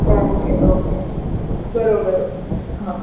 okay okay બરાબર હં